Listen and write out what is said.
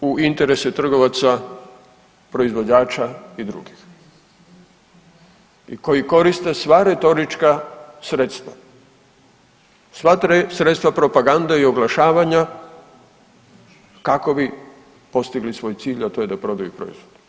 Spadaju u interese trgovaca, proizvođača i drugih i koji koriste sve retorička sredstva, sva sredstva propagande i oglašavanja kako bi postigli svoj cilj, a to je da prodaju proizvod.